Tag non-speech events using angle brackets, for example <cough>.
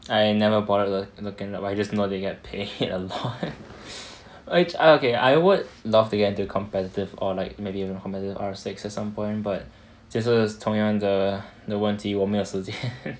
I never bothered looking but I just know they get paid a lot which okay I would love to get into competitive or like maybe even compete in R six at some point but 这是同样问题我没有时间 <laughs>